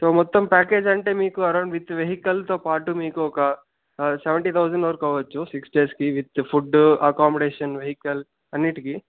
so మొత్తం package అంటే మీకు అరౌండ్ విత్ వెహికల్తో పాటు మీకు ఒక సెవెంటీ థౌసండ్ వరకు అవ్వచ్చు సిక్స్ డేస్కి విత్ ఫుడ్ అకామిడేషన్ వెహికల్ అన్నిటికీ